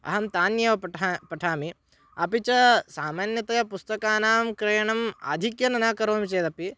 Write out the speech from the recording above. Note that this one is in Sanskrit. अहं तान्येव पठ पठामि अपि च सामान्यतया पुस्तकानां क्रयणम् आधिक्येन न करोमि चेदपि